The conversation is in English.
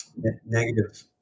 negative